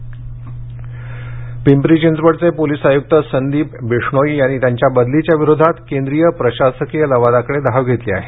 बदली पिंपरी चिंचवडचे पोलिस आयुक्त संदीप बिष्णोई यांनी त्यांच्या बदलीच्या विरोधात केंद्रीय प्रशासकीय लवादाकडे धाव घेतली आहे